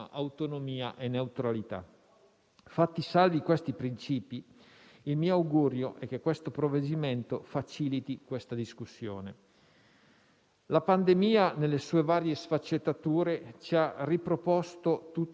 La pandemia, nelle sue varie sfaccettature, ci ha riproposto tutta l'importanza dello sport. Sentiamo la mancanza degli spettatori negli stadi e, quindi, il valore sociale e di intrattenimento dello sport professionistico.